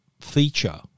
feature